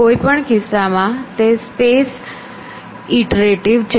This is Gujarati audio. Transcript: કોઈ પણ કિસ્સામાં તે સ્પેસ ઇટરેટિવ છે